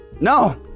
No